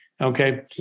Okay